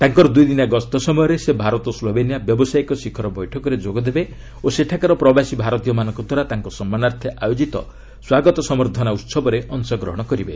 ତାଙ୍କର ଦୁଇଦିନିଆ ଗସ୍ତ ସମୟରେ ସେ ଭାରତ ସ୍କୋବେନିଆ ବ୍ୟାବସାୟିକ ଶିଖର ବୈଠକରେ ଯୋଗ ଦେବେ ଓ ସେଠାକାର ପ୍ରବାସୀ ଭାରତୀୟମାନଙ୍କଦ୍ୱାରା ତାଙ୍କ ସମ୍ମାନାର୍ଥେ ଆୟୋଜିତ ସ୍ୱାଗତ ସମ୍ଭର୍ଦ୍ଧନା ଉତ୍ସବରେ ଅଂଶଗ୍ରହଣ କରିବେ